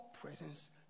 presence